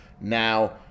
now